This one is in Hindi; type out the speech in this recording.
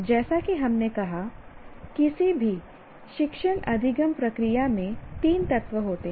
जैसा कि हमने कहा किसी भी शिक्षण अधिगम प्रक्रिया में तीन तत्व होते हैं